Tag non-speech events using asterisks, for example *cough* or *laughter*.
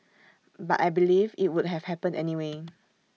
but I believe IT would have happened anyway *noise*